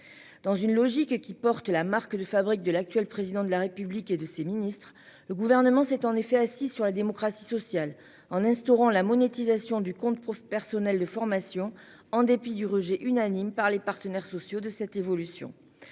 Dans une logique qui porte la marque de fabrique de l'actuel président de la République et de ses ministres, le gouvernement s'est en effet assis sur la démocratie sociale en instaurant la monétisation du compte personnel de formation en dépit du rejet unanime par les partenaires sociaux de cette évolution